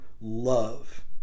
love